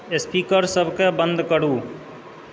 स्पीकरसभकें बंद करू